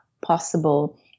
possible